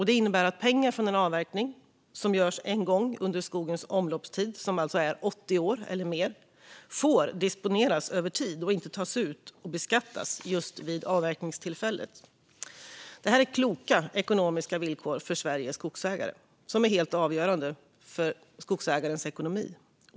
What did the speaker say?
Det innebär att pengar från en avverkning, som görs en gång under skogens omloppstid, 80 år eller mer, får disponeras över tid och inte tas ut och beskattas just vid avverkningstillfället. Det här är kloka ekonomiska villkor för Sveriges skogsägare som är helt avgörande för skogsägarens ekonomi.